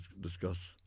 discuss